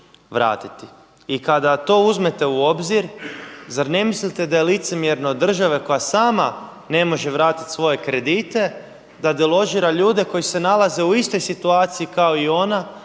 vratiti. I kada to uzmete u obzir zar ne mislite da je licemjerno od države koja sama ne može vratiti svoje kredite da deložira ljude koji se nalaze u istoj situaciji kao i ona